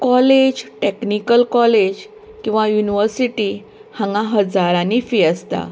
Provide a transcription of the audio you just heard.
college technical college किंवां university हांगा हजारांनी फी आसता